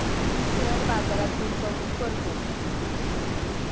मी share बाजारात गुंतवणूक करतो